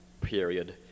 period